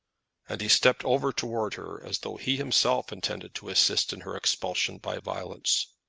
and he stepped over towards her as though he himself intended to assist in her expulsion by violence.